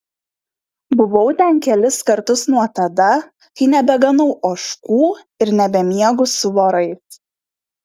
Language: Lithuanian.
buvau ten kelis kartus nuo tada kai nebeganau ožkų ir nebemiegu su vorais